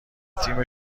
تیم